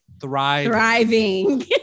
thriving